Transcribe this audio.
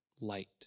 light